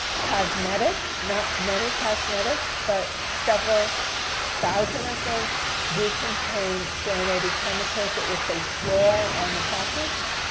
cosmetics not many cosmetics, but several thousand of them do contain fluorinated chemicals. it will say fluoride on the package.